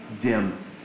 dim